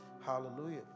hallelujah